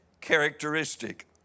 characteristic